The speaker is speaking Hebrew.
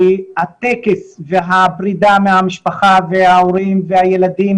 כי הטקס והפרידה מהמשפחה וההורים והילדים